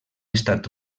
estat